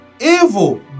evil